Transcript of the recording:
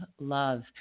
love